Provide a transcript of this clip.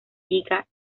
lliga